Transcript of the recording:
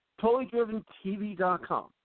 TotallyDrivenTV.com